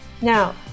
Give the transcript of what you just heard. Now